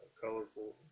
colorful